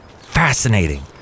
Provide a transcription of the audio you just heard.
Fascinating